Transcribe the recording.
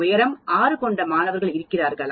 உயரம் 6 கொண்ட மாணவர்கள் இருக்கிறார்களா